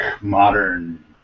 modern